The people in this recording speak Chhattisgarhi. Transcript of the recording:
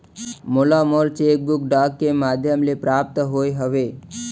मोला मोर चेक बुक डाक के मध्याम ले प्राप्त होय हवे